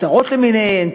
סדרות למיניהן,